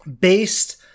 based